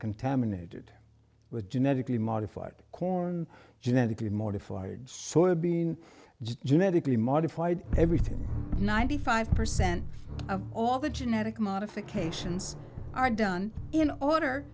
contaminated with genetically modified corn genetically modified soybean genetically modified everything ninety five percent of all the genetic modifications are done in order